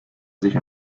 sich